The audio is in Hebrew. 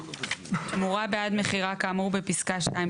(3)תמורה בעד מכירה כאמור בפסקה (2),